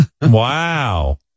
wow